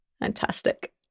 Fantastic